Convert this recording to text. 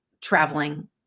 traveling